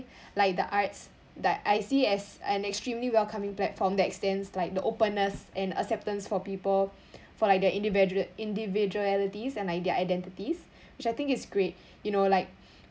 like the arts that I see as an extremely welcoming platform that extends like the openness and acceptance for people for like their individu~ individualities and their identities which I think it's great you know like